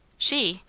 she?